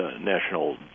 National